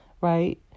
right